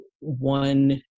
one